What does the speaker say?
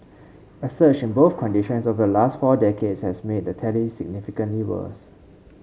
a surge in both conditions over the last four decades has made the tally significantly worse